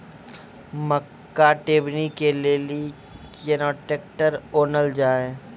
मक्का टेबनी के लेली केना ट्रैक्टर ओनल जाय?